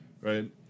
right